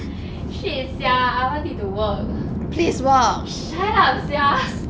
shit [sial] I want it to work shut up sia